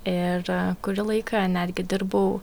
ir kurį laiką netgi dirbau